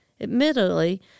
Admittedly